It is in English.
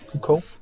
cool